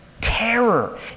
Terror